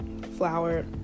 flour